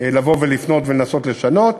לבוא ולפנות ולנסות לשנות.